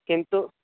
किन्तु